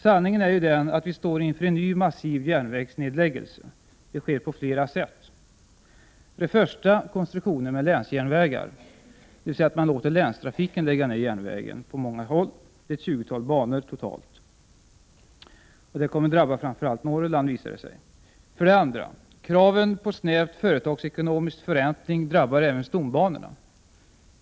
Sanningen är den att vi står inför en ny massiv järnvägsnedläggelse. Den sker på flera sätt: 1. Konstruktionen med länsjärnvägar innebär att man låter länstrafiken lägga ned järnvägen på många håll, totalt ett tjugotal banor. Det kommer att drabba framför allt Norrland, visar det sig. 2. Kraven på snävt företagsekonomisk förräntning drabbar även stombanorna.